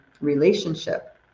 relationship